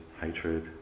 hatred